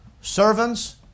servants